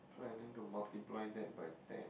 planning to multiply that by ten